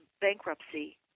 Bankruptcy